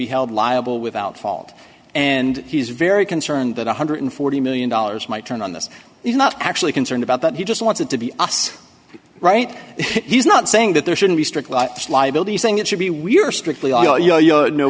be held liable without fault and he's very concerned that one hundred and forty million dollars might turn on this he's not actually concerned about that he just wants it to be us right he's not saying that there should be strict liability saying it should be we're strictly